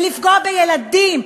ולפגוע בילדים,